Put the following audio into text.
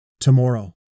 tomorrow